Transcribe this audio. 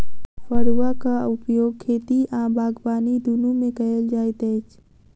फड़ुआक उपयोग खेती आ बागबानी दुनू मे कयल जाइत अछि